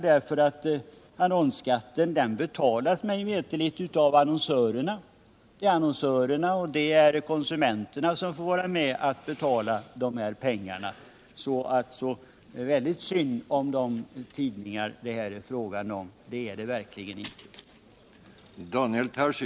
Mig veterligt betalas annonsskatten av annonsörerna och konsumenterna. Så rysligt synd är det därför inte om de tidningar som det här är fråga om.